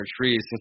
trees